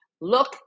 Look